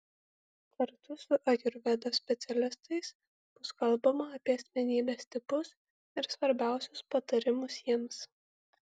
kartu su ajurvedos specialistais bus kalbama apie asmenybės tipus ir svarbiausius patarimus jiems